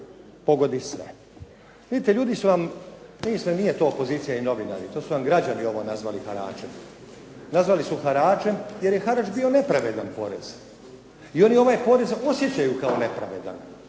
Vidite, ljudi su vam, mislim nije to opozicija i novinari, to su vam građani ovo nazvali haračem. Nazvali su haračem jer je harač bio nepravedan porez i oni ovaj porez osjećaju kao nepravedan.